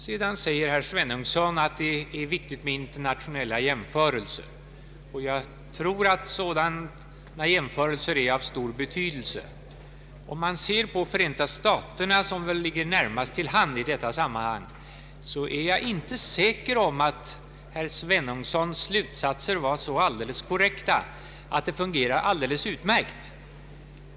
Vidare säger herr Svenungsson att det är viktigt med internationella jämförelser, och jag tror att sådana jämförelser är av stor betydelse, Om man ser på Förenta staterna, som väl ligger närmast till hands i detta sammanhang, är jag inte säker på att herr Svenungssons slutsats var korrekt, att systemet fungerar alldeles utmärkt.